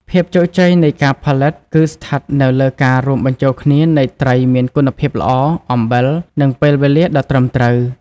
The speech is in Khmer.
ភាពជោគជ័យ នៃផលិតផលគឺស្ថិតនៅលើការរួមបញ្ចូលគ្នានៃត្រីមានគុណភាពល្អ អំបិល និងពេលវេលាដ៏ត្រឹមត្រូវ។